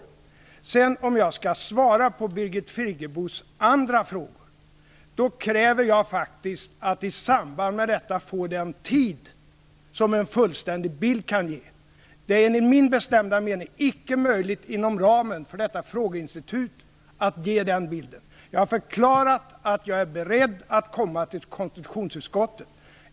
Sedan vill jag säga att om jag skall svara på Birgit Friggebos andra frågor så kräver jag faktiskt att i samband med detta få den tid som det kan ta att ge en fullständig bild. Det är enligt min bestämda mening icke möjligt att inom ramen för detta frågeinstitut ge den bilden. Jag har förklarat att jag är beredd att komma till konstitutionsutskottet.